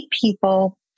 people